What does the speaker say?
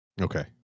Okay